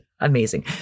amazing